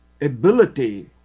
ability